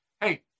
hey